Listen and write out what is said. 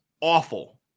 Awful